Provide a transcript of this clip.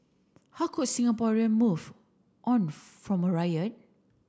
how could Singaporean move on from a riot